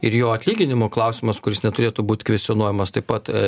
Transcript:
ir jo atlyginimo klausimas kuris neturėtų būt kvestionuojamas taip pat